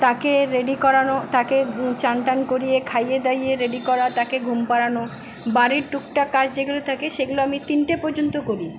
তাকে রেডি করানো তাকে স্নান টান করিয়ে খাইয়ে দাইয়ে রেডি করা তাকে ঘুম পাড়ানো বাড়ির টুকটাক কাজ যেগুলো থাকে সেগুলো আমি তিনটে পর্যন্ত করি